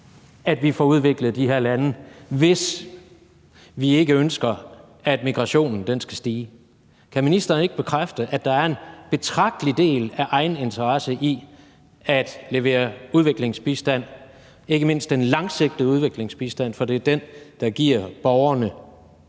at vi får udviklet de her lande, hvis vi ikke ønsker, at migrationen skal stige. Kan ministeren ikke bekræfte, at der er en betragtelig del af egeninteresse i at levere udviklingsbistand, ikke mindst den langsigtede udviklingsbistand? For det er den, der giver borgerne